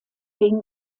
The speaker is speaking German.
wegen